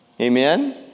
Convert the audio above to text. Amen